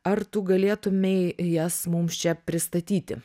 ar tu galėtumei jas mums čia pristatyti